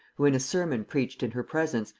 who, in a sermon preached in her presence,